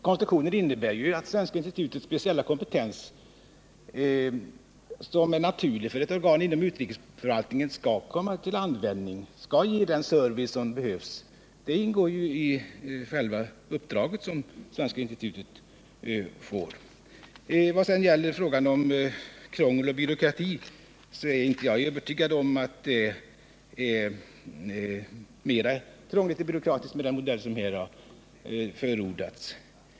Konstruktionen innebär ju att Svenska institutets speciella kompetens — som är naturlig för ett organ inom utrikesförvaltningen — skall komma till användning och ge den service som behövs. Det ingår i själva det uppdrag som Svenska institutet får. I fråga om krångel och byråkrati är jag inte övertygad om att det är mera krångligt och byråkratiskt med den modell som här har förordats.